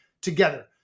together